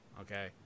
okay